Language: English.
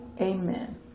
Amen